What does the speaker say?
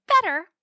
Better